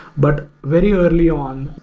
but very early on,